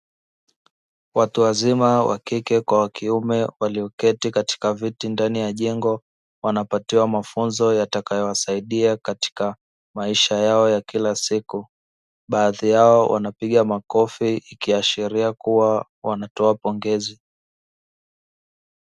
Watu wazima wakike kwa wakiume walioketi katika viti ndani ya jengo wanapatiwa mafunzo yatakayowasaidia katika maisha yao ya kila siku, baadhi yao wanapiga makofi ikiashiria kuwa wanatoa pongezi.